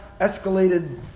escalated